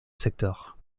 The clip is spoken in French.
secteurs